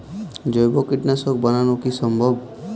জৈব কীটনাশক বানানো কি সম্ভব?